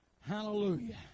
Hallelujah